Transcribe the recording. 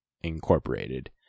Incorporated